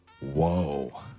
Whoa